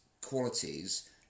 qualities